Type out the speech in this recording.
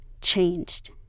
changed